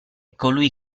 colui